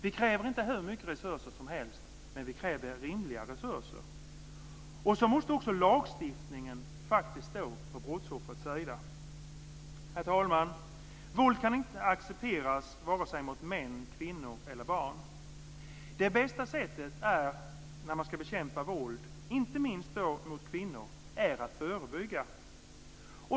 Vi kräver inte hur mycket resurser som helst, men vi kräver rimliga resurser. Lagstiftningen måste faktiskt också stå på brottsoffrets sida. Herr talman! Våld kan inte accepteras, varken mot män, kvinnor eller barn. Det bästa sättet att bekämpa våld, inte minst mot kvinnor, är att förebygga.